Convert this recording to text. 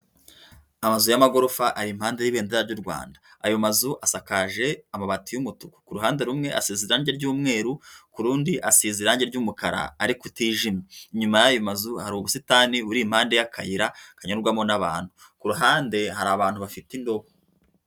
Amazu y'amagorofa ari mpande y'ibendera ry'u Rwanda. Ayo mazu asakaje amabati y'umutuku ku ruhande rumwe asize irangi ry'umweru, ku rundi asize irangi ry'umukara ariko utijimye. Inyuma y'ayo mazu hari ubusitani buri impande y'akayira kanyurwamo n'abantu, ku ruhande hari abantu bafite indobo.